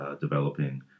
developing